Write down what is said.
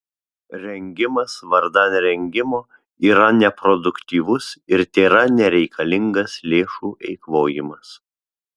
rengimas vardan rengimo yra neproduktyvus ir tėra nereikalingas lėšų eikvojimas